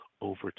over